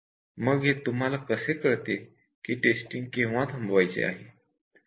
मग हे तुम्हाला कसे कळते की टेस्टिंग केव्हा थांबवायचे आहे